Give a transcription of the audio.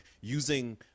using